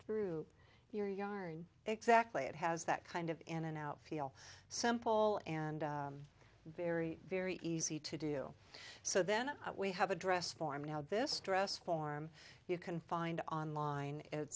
through your yarn exactly it has that kind of in and out feel some poll and very very easy to do so then we have a dress form now this dress form you can find online